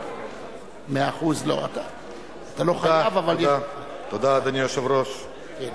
אתה לא חייב, אבל --- אדוני היושב-ראש, תודה.